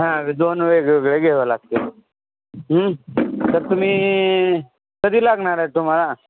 हा वि दोन वेगवेगळ्या घ्याव्या लागतील तर तुम्ही कधी लागणार आहे तुम्हाला